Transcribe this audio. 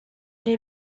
les